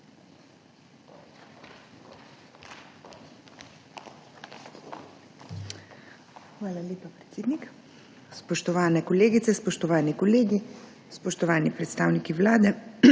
Hvala lepa, podpredsednik. Spoštovane kolegice, spoštovani kolegi, spoštovani predstavniki Vlade!